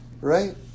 right